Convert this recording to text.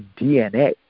DNA